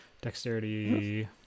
Dexterity